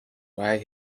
why